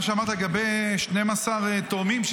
מה שאמרת לגבי 12 תורמים,